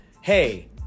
hey